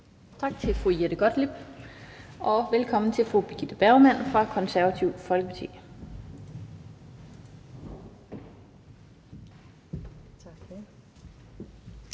Tak til fru Jette Gottlieb. Og velkommen til fru Birgitte Bergman fra Det Konservative Folkeparti.